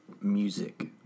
music